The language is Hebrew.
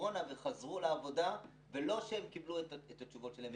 הקורונה וחזרו לעבודה ולא שהן קיבלו את התשובות שלהן.